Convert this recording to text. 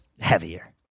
heavier